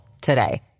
today